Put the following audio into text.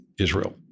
Israel